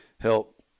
help